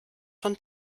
von